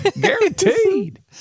Guaranteed